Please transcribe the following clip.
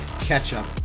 Ketchup